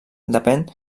depèn